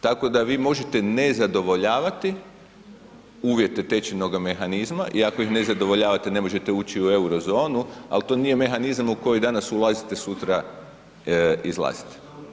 Tako da vi možete ne zadovoljavati uvjete tečajnog mehanizma i ako ih ne zadovoljavate ne možete ući u euro zonu, ali to nije mehanizam u koji danas ulazite, sutra izlazite.